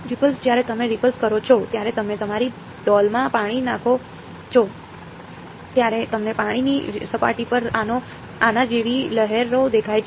ripples જ્યારે તમે ripples કરો છો ત્યારે તમે તમારી ડોલમાં પાણી નાખો છો ત્યારે તમને પાણીની સપાટી પર આના જેવી લહેરો દેખાય છે